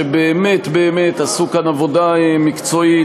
שבאמת באמת עשו כאן עבודה מקצועית,